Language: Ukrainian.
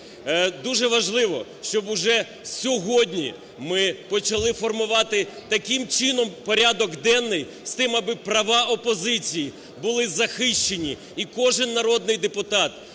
Дуже важливо, щоб уже сьогодні ми почали формувати таким чином порядок денний з тим, аби права опозиції були захищені, і кожен народний депутат,